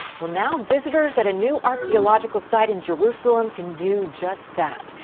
well, now visitors at a new archaeological site in jerusalem can do just that.